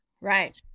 Right